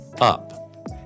up